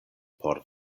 por